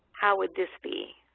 how would this be?